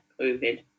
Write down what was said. COVID